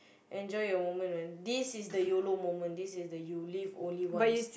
enjoy your moment man this is the Y_O_L_O moment this is the you live only once